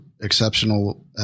exceptional